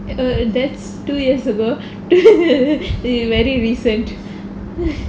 that's two years ago is very recent